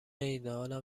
ایدهآلم